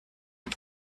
had